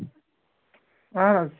اَہن حظ